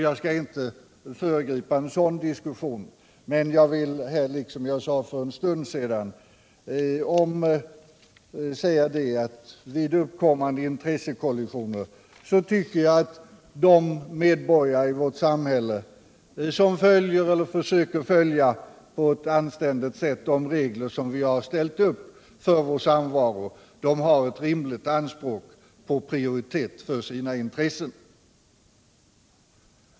Jag skall inte föregripa en sådan diskussion, men jag vill säga, som jag gjorde för en stund sedan, att vid uppkommande intressekollisioner bör de medborgare i vårt samhälle, som på ett anständigt sätt försöker följa de regler vi ställt upp för vår samvaro, ha ett rimligt anspråk på prioritet för sina intressen.